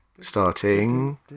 Starting